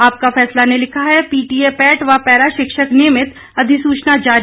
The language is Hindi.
आपका फैसला ने लिखा है पी टी ए पैट व पैरा शिक्षक नियमित अधिसूचना जारी